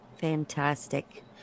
Fantastic